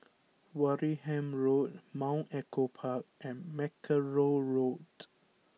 Wareham Road Mount Echo Park and Mackerrow Road